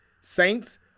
Saints